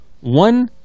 one